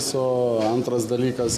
su antras dalykas